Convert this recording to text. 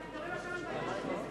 אנחנו מדברים עכשיו על ועדת כנסת,